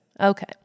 Okay